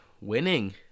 winning